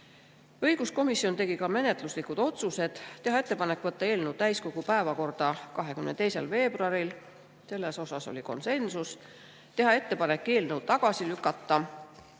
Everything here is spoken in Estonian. kohta. Õiguskomisjon tegi ka menetluslikud otsused: teha ettepanek võtta eelnõu täiskogu päevakorda 22. veebruaril, selles oli konsensus, ning teha ettepanek eelnõu tagasi lükata